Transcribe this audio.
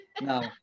no